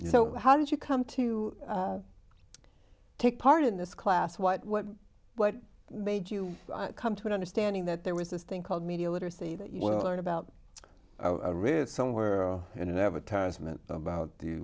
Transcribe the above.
you know how did you come to you take part in this class what what what made you come to an understanding that there was this thing called media literacy that you will learn about i read somewhere in an advertisement about the